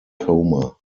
coma